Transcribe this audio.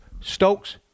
Stokes